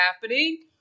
happening